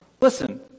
listen